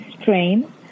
strain